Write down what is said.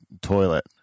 toilet